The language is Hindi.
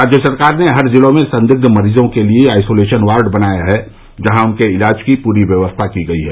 राज्य सरकार ने हर ज़िले में संदिग्ध मरीज़ों के लिए आइसोलेशन वार्ड बनाया है जहा उनके इलाज की पूरी व्यवस्था की गयी है